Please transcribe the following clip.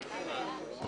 הישיבה ננעלה בשעה